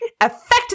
Affect